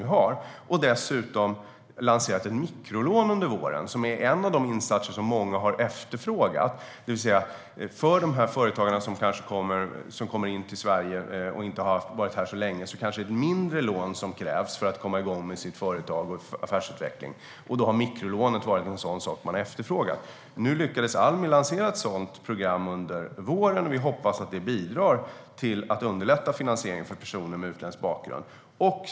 Utöver det har man lanserat mikrolån under våren, vilket är en av de insatser som många har efterfrågat. För en företagare som har kommit till Sverige och inte varit här så länge kanske det är ett mindre lån som krävs för att företaget och affärsutvecklingen ska komma igång, och då har mikrolån varit en sådan sak som har efterfrågats. Almi lyckades lansera ett sådant program under våren, och vi hoppas att det bidrar till att underlätta finansiering för personer med utländsk bakgrund.